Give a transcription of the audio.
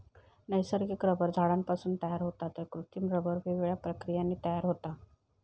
नैसर्गिक रबर झाडांपासून तयार होता तर कृत्रिम रबर वेगवेगळ्या प्रक्रियांनी तयार होता